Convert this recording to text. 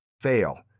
fail